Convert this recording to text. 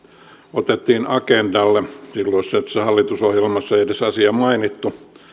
otettiin agendalle silloisessa hallitusohjelmassa ei edes asiaa mainittu